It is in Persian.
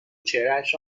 چهرهاش